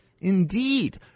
indeed